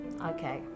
Okay